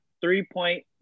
three-point